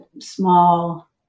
small